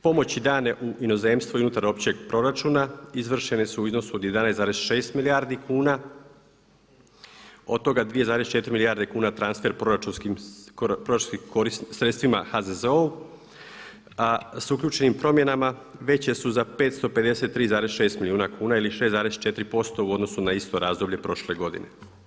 Pomoći dane u inozemstvu i unutar općeg proračuna izvršene su u iznosu od 11,6 milijardi kuna, od toga 2,4 milijarde kuna transfer proračunskim sredstvima HZZO-u a s uključenim promjenama veće su za 553,6 milijuna kuna ili 6,4% u odnosu na isto razdoblje prošle godine.